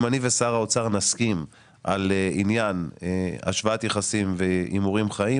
אם אני ושר האוצר נסכים על עניין השוואת יחסים והימורים חיים,